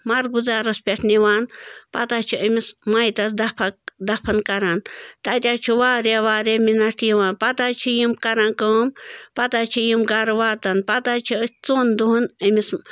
مَرگُزارَس پٮ۪ٹھ نِوان پَتہٕ حظ چھِ أمِس مَیتَس دَپھَک دَفَن کَران تَتہِ حظ چھُ واریاہ واریاہ مِنٹھ یِوان پَتہٕ حظ چھِ یِم کَران کٲم پَتہٕ حظ چھِ یِم گَرٕ واتان پَتہٕ حظ چھِ أسۍ ژۄن دۄہَن أمِس